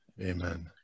amen